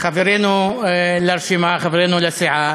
חברנו לרשימה, חברנו לסיעה.